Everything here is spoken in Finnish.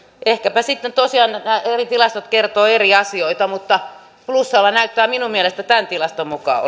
ehkäpä sitten tosiaan nämä eri tilastot kertovat eri asioita mutta plussalla näyttää minun mielestäni tämän tilaston mukaan